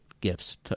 gifts